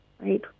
Right